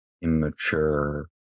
immature